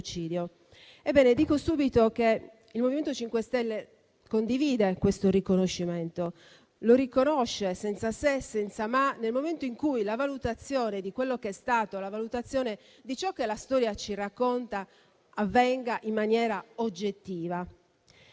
Dico subito che il MoVimento 5 Stelle condivide questo riconoscimento. Lo riconosce, senza se e senza ma, nel momento in cui la valutazione di quello che è stato, la valutazione di ciò che la storia ci racconta, avvenga in maniera oggettiva.